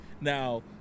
Now